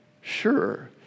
sure